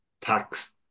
tax